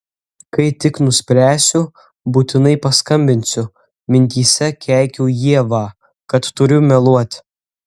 kai tik nuspręsiu būtinai paskambinsiu mintyse keikiau ievą kad turiu meluoti